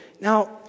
Now